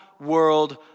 world